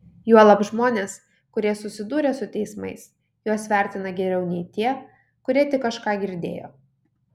juolab žmonės kurie susidūrė su teismais juos vertina geriau nei tie kurie tik kažką girdėjo